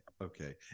Okay